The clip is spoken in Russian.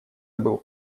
был